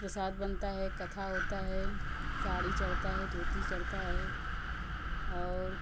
प्रसाद बनता है कथा होता है साड़ी चढ़ता है धोती चढ़ता है और